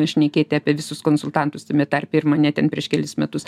šnekėti apie visus konsultantus tame tarpe ir mane ten prieš kelis metus